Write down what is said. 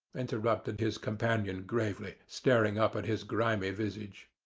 interrupted his companion gravely, staring up at his grimy visage.